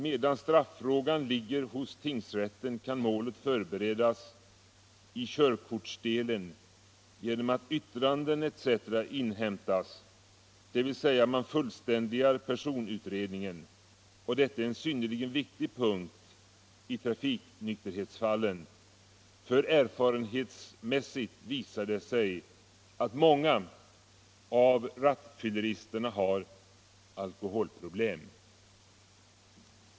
Medan straffrågan ligger hos tingsrätten kan målet förberedas i körkortsdelen genom att yttranden etc. inhämtas, dvs. man fullständigar personutredningen. Och detta är en synnerligen viktig punkt i trafiknykterhetsfallen, för erfarenhetsmässigt visar det sig att många av rattfylleristerna har alkoholproblem.